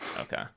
Okay